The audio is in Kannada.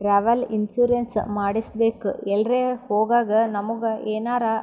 ಟ್ರಾವೆಲ್ ಇನ್ಸೂರೆನ್ಸ್ ಮಾಡಿಸ್ಬೇಕ್ ಎಲ್ರೆ ಹೊಗಾಗ್ ನಮುಗ ಎನಾರೆ